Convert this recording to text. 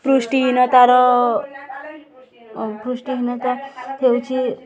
ପୃଷ୍ଟିହୀନତାର ପୃଷ୍ଟିହୀନତା ହେଉଛି